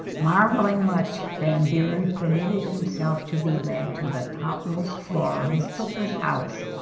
marveling much van buuren permitted himself to be led to the topmost floor of mr. curry's house